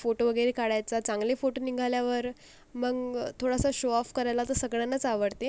photo वगैरे काढायचा चांगले फोटो निघाल्यावर मग थोडासा शो ऑफ करायला तर सगळ्यांनाच आवडते